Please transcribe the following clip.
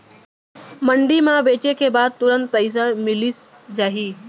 मंडी म बेचे के बाद तुरंत पइसा मिलिस जाही?